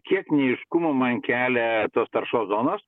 kiek neaiškumo man kelia tos taršos zonos